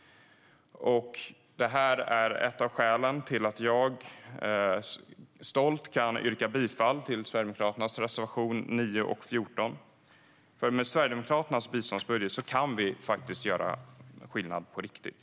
Detta är ett av skälen till att jag stolt kan yrka bifall till Sverigedemokraternas reservationer 9 och 14. Med Sverigedemokraternas biståndsbudget kan vi faktiskt göra skillnad på riktigt.